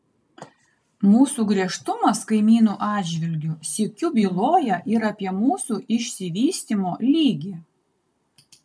mūsų griežtumas kaimynų atžvilgiu sykiu byloja ir apie mūsų išsivystymo lygį